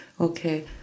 okay